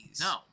No